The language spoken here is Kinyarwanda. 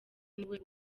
niwe